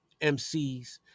MCs